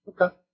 Okay